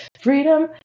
freedom